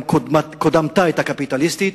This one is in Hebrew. גם קודמתה היתה קפיטליסטית,